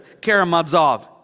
Karamazov